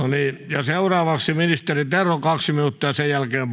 seuraavaksi ministeri terho kaksi minuuttia ja sen jälkeen